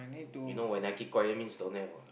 you know when I keep quiet means don't have orh